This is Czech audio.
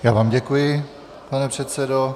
Já vám děkuji, pane předsedo.